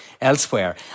elsewhere